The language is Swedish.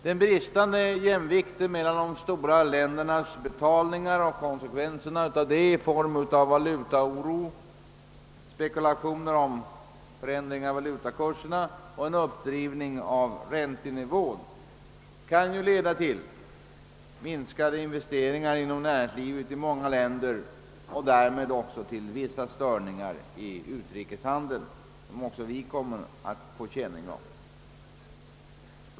Den bristande jämvikten mellan de stora ländernas betalningar och konsekvenserna härav i form av valutaoro, spekulationer i förändringar i valutakurserna och en uppdrivning av räntenivån kan leda till minskade investeringar inom näringslivet i många länder och också till vissa störningar i utrikeshandeln, som också vi kommer att få känning av.